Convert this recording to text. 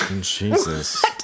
Jesus